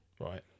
Right